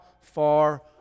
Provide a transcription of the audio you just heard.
far